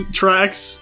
tracks